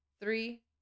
Three